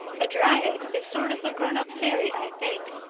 a dryad is sort of a grown-up fairy, i think.